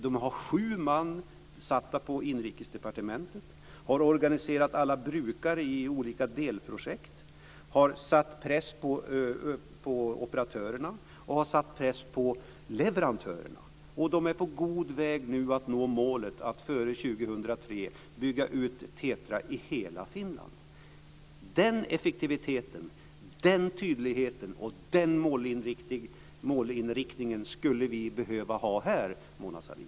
Man har sju man tillsatta på Inrikesdepartementet, har organiserat alla brukare i olika delprojekt, har satt press på operatörerna och på leverantörerna och är nu på god väg att nå målet att före 2003 bygga ut TETRA i hela Finland. Den effektiviteten, den tydligheten och den målinriktningen skulle vi behöva ha här, Mona Sahlin.